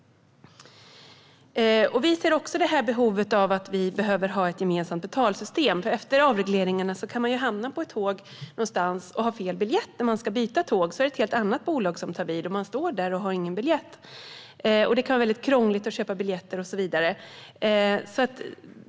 Vi ser också behovet av ett reglerat betalsystem. Efter avregleringarna kan det hända att man har fel biljett när man ska byta tåg och det är ett helt annat bolag som tar vid. Då står man där och har ingen biljett, och det kan vara krångligt att köpa biljetter och så vidare.